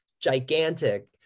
gigantic